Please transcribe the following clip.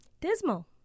Dismal